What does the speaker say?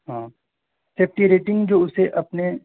ہاں safety rating جو اسے اپنے